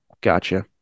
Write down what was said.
Gotcha